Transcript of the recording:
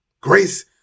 grace